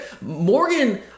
Morgan –